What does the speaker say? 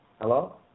Hello